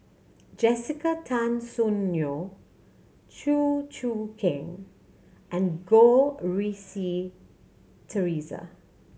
Jessica Tan Soon Neo Chew Choo Keng and Goh Rui Si Theresa